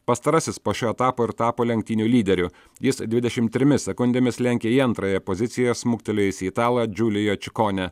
pastarasis po šio etapo ir tapo lenktynių lyderiu jis dvidešim trimis sekundėmis lenkė į antrąją poziciją smuktelėjusį italą džiulijo čikone